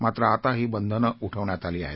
मात्र आता ही बंधनं उठवण्यात आली आहेत